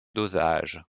dosage